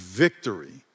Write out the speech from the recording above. victory